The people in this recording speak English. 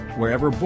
wherever